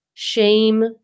shame